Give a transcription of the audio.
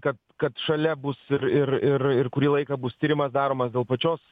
kad kad šalia bus ir ir ir ir kurį laiką bus tyrimas daromas dėl pačios